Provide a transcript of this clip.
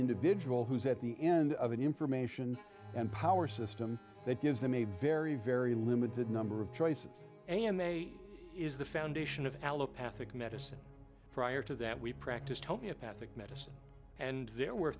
individual who's at the end of an information and power system that gives them a very very limited number of choices and a m a is the foundation of allopathy medicine prior to that we practiced homeopathic medicine and zero were